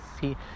see